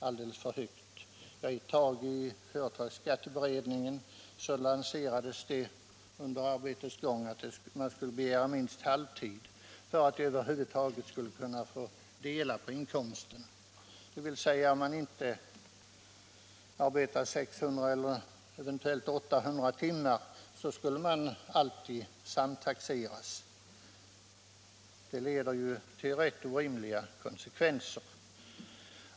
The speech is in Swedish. Under arbetets gång i företagsskatteberedningen lanserades ett tag förslaget att man skulle begära minst halvtid för att det över huvud taget skulle bli en delning av inkomsten. Den som arbetade 600 eller eventuellt 800 timmar skulle alltid samtaxeras. Detta leder ju till orimliga konsekvenser.